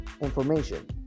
information